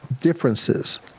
differences